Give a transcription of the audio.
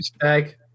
tag